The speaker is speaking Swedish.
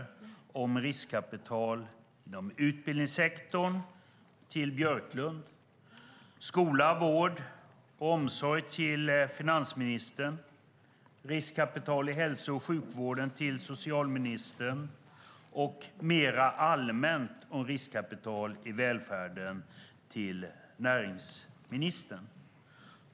Det var om riskkapital inom utbildningssektorn till Björklund, om skola, vård och omsorg till finansministern, om riskkapital inom hälso och sjukvården till socialministern och mer allmänt om riskkapital i välfärden till näringsministern.